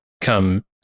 come